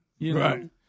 Right